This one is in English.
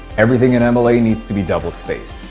everything in and mla needs to be double-spaced.